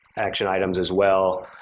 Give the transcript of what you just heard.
action items as well.